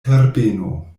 herbeno